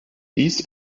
dies